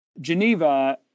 Geneva